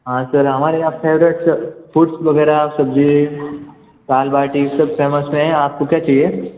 हाँ सर हमारे यहाँ फेवरेट सर फूड्स वग़ैरह सब्ज़ी दाल बाटी सब फेमस हैं आप को क्या चाहिए